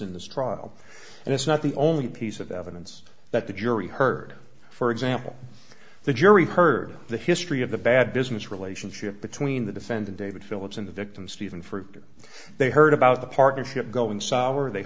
in this trial and it's not the only piece of evidence that the jury heard for example the jury heard the history of the bad business relationship between the defendant david phillips and the victim stephen for they heard about the partnership go inside our they